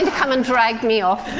and come and drag me off?